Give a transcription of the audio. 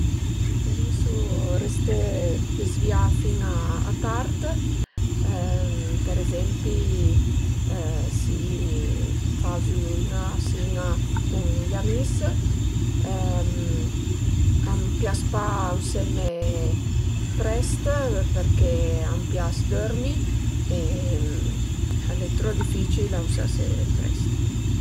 Preferisu resté dezvìà fin a tard per ezempi si fazu üna sin-a cun i amis, a m'pias pa auseme prest perché a m'pias dörmi e al e trop dificil ausese prest